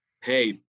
Hey